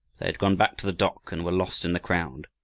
they had gone back to the dock, and were lost in the crowd.